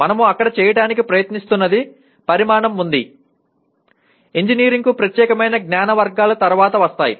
మనము అక్కడ చేయటానికి ప్రయత్నిస్తున్నది పరిమాణం ఉంది ఇంజనీరింగ్కు ప్రత్యేకమైన జ్ఞాన వర్గాలు తరువాత వస్తాయి